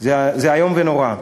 זה איום ונורא.